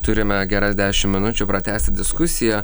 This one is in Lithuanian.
turime geras dešim minučių pratęsti diskusiją